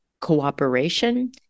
cooperation